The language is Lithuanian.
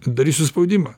darysiu spaudimą